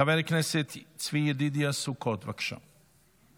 חבר הכנסת צבי ידידיה סוכות, בבקשה.